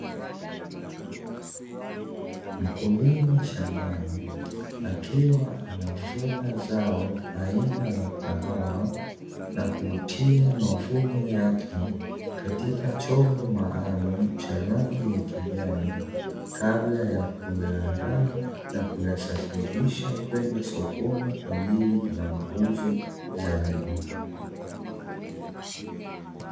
Mkulima shambani, akiwa anavuna zao aina ya kahawa na kutia mavuno yake katika chombo maalumu cha rangi ya kijani kabla ya kuyandaa na kuyasafirisha kwenda sokoni kwa ajili ya mauzo zaidi.